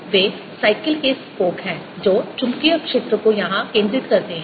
वे cycle के spoke हैं जो चुंबकीय क्षेत्र को यहां केंद्रित करते हैं